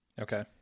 Okay